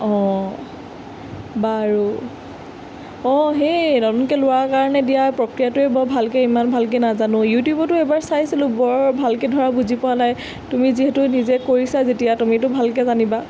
অঁ বাৰু অঁ সেই নতুনকৈ লোৱাৰ কাৰণে দিয়া প্ৰক্ৰিয়াটোৱে বৰ ভালকৈ ইমান ভালকৈ নাজানো ইউটিউবতো এইবাৰ চাইছিলোঁ বৰ ভালকৈ ধৰা বুজি পোৱা নাই তুমি যিহেতু নিজে কৰিছা যেতিয়া তুমিতো ভালকৈ জানিবা